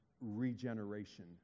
regeneration